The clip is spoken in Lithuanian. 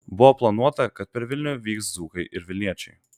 buvo planuota kad per vilnių vyks dzūkai ir vilniečiai